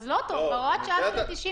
אז זה לא טוב, בהוראת שעה זה ל-90 יום.